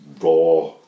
raw